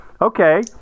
Okay